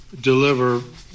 deliver